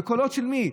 בקולות של מי?